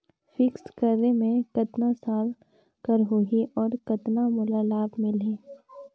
Fixed करे मे कतना साल कर हो ही और कतना मोला लाभ मिल ही?